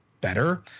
better